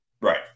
Right